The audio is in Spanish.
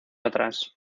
atrás